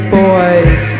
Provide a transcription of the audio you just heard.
boys